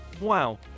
Wow